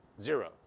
zero